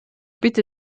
bitte